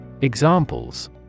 Examples